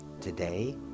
Today